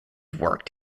worked